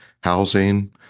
housing